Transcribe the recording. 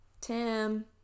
Tim